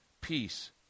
peace